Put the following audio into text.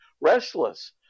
Restless